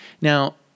Now